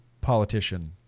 politician